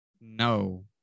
No